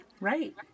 Right